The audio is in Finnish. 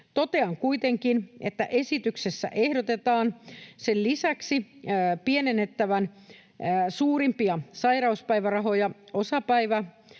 Totean kuitenkin, että esityksessä ehdotetaan sen lisäksi pienennettävän suurimpia sairauspäivärahoja,